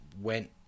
went